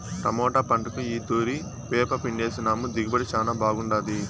tomato పంటకు ఈ తూరి వేపపిండేసినాము దిగుబడి శానా బాగుండాది